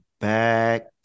back